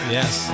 Yes